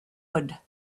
lord